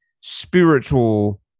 spiritual